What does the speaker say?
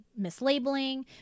mislabeling